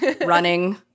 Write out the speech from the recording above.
running